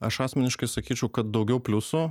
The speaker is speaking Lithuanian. aš asmeniškai sakyčiau kad daugiau pliusų